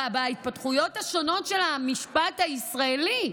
בהתפתחויות השונות של המשפט הישראלי?